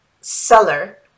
seller